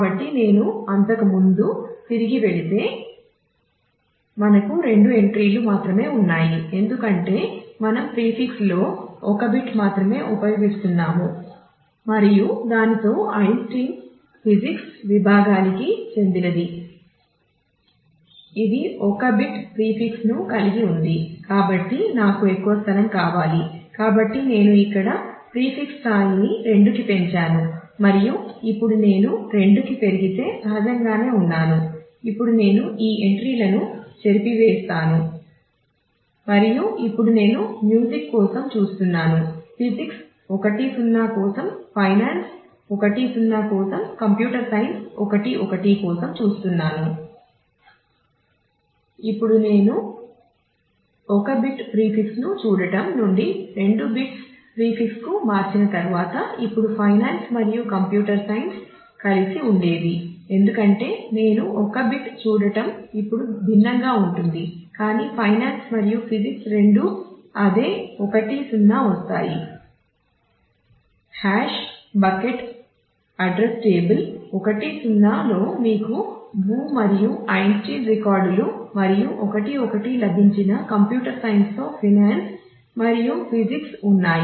కాబట్టి నేను అంతకుముందు తిరిగి వెళితే మనకు రెండు ఎంట్రీలు మాత్రమే ఉన్నాయి ఎందుకంటే మనం ప్రీఫిక్స్ 1 1 కోసం చూస్తున్నాను ఇప్పుడు నేను 1 బిట్ ప్రీఫిక్స్ రెండూ అదే 1 0 వస్తాయి